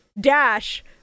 dash